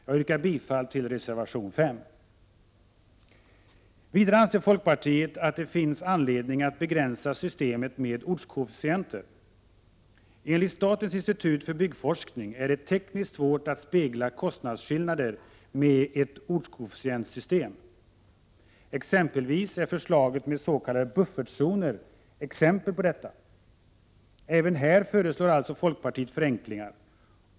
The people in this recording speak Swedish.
Jag yrkar bifall till reservation 5. Vidare anser folkpartiet att det finns anledning att begränsa systemet med ortskoefficienter. Enligt statens institut för byggforskning är det tekniskt svårt att spegla kostnadsskillnader med ett ortskoefficientsystem. Förslaget med s.k. buffertzoner är exempel på detta. Även här föreslår alltså folkpartiet förenklingar.